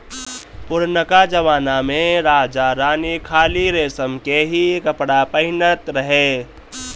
पुरनका जमना में राजा रानी खाली रेशम के ही कपड़ा पहिनत रहे